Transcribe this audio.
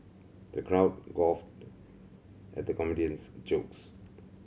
the crowd guffawed at the comedian's jokes